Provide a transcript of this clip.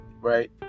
right